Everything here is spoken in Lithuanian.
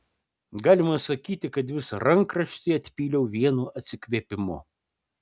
galima sakyti kad visą rankraštį atpyliau vienu atsikvėpimu